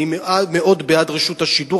אני מאוד בעד רשות השידור,